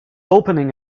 opening